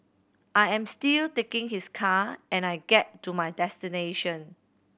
I am still taking his car and I get to my destination